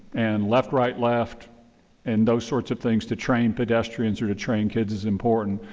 and left right left and those sorts of things to train pedestrians or to train kids is important.